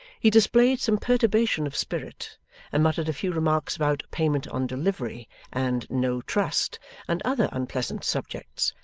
he displayed some perturbation of spirit and muttered a few remarks about payment on delivery and no trust and other unpleasant subjects,